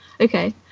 okay